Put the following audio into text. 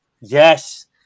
yes